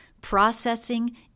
processing